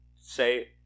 say